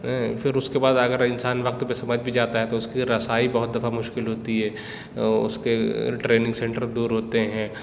ایں پھر اس کو بعد اگر انسان وقت پہ سمجھ بھی جاتا ہے تو اس کی رسائی بہت دفعہ مشکل ہوتی ہے اس کے ٹریننگ سنٹر دور ہوتے ہیں